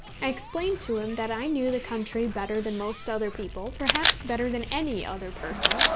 explained to him that i knew the country better than most other people, perhaps better than any other person,